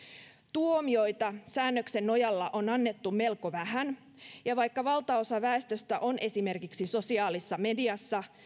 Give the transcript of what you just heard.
tuomioita säännöksen nojalla on annettu melko vähän ja vaikka valtaosa väestöstä on esimerkiksi sosiaalisessa mediassa